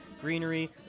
greenery